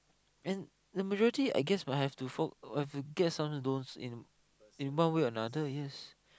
and the majority I guess will have to fork have to get some those in in one way or another yes